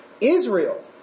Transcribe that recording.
Israel